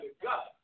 God